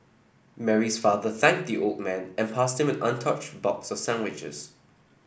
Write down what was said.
Mary's father thanked the old man and passed him an untouched box of sandwiches